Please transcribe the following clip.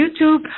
YouTube